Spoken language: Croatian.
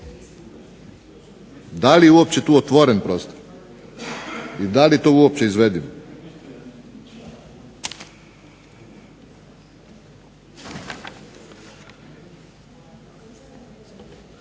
Da li je uopće tu otvoren prostor? I da li je to uopće izvedivo?